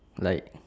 like